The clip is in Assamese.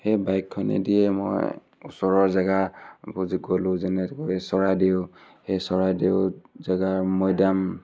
সেই বাইকখনেদিয়ে মই ওচৰৰ জেগা ব গ'লো যেনেকৈ চৰাইদেউ সেই চৰাইদেউত জেগাৰ মৈদাম